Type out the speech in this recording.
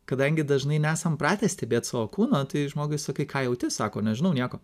kadangi dažnai nesam pratę stebėt savo kūno tai žmogui sakai ką jauti sako nežinau nieko